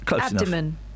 Abdomen